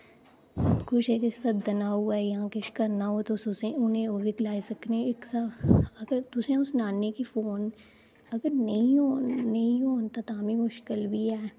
कुसैगी गी सद्दना होऐ जां किश करना होऐ तुस उ'नेंई ओह् बी सनाई सकने तुसेंई अ'ऊं सनानी की फोन अगर नेईं होन तां बी मुश्कल बी ऐ